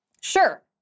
sure